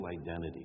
identity